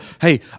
hey